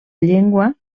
llengua